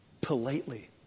politely